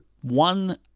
One